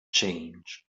change